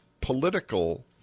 political